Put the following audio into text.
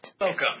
Welcome